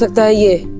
the yeah